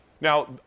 Now